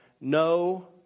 no